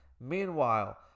meanwhile